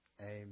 Amen